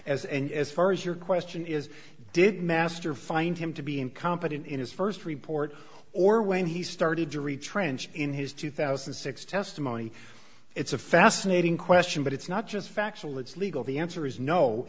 and as far as your question is did master find him to be incompetent in his first report or when he started to retrench in his two thousand and six testimony it's a fascinating question but it's not just factual it's legal the answer is no